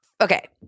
Okay